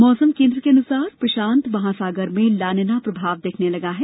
मौसम केन्द्र के अनुसार प्रशांत महासागर में ला निना प्रभाव दिखने लगा है